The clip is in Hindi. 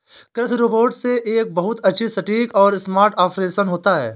कृषि रोबोट से एक बहुत अधिक सटीक और स्मार्ट ऑपरेशन होता है